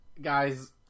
Guys